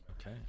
okay